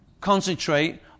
concentrate